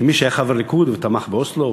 כמי שהיה חבר ליכוד ותמך באוסלו,